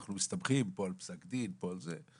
אנחנו מסתבכים פה על פסק דין, פה על זה.